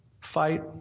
fight